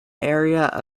area